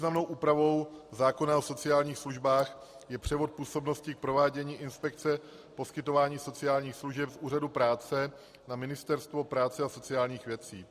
Další významnou úpravou zákona o sociálních službách je převod působnosti k provádění inspekce poskytování sociálních služeb z úřadů práce na Ministerstvo práce a sociálních věcí.